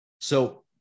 So-